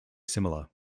similar